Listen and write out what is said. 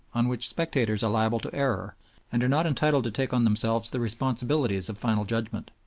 on which spectators are liable to error and are not entitled to take on themselves the responsibilities of final judgment.